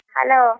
Hello